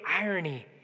irony